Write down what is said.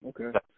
Okay